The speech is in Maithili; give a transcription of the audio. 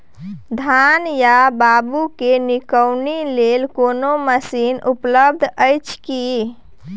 धान या बाबू के निकौनी लेल कोनो मसीन उपलब्ध अछि की?